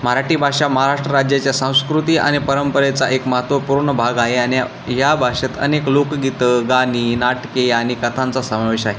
मराठी भाषा महाराष्ट्र राज्याच्या संस्कृती आणि परंपरेचा एक महत्त्वपूर्ण भाग आहे आणि या भाषेत अनेक लोकगीतं गाणी नाटके आणि कथांचा समावेश आहे